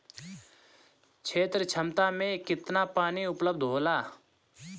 क्षेत्र क्षमता में केतना पानी उपलब्ध होला?